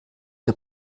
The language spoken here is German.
der